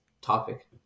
topic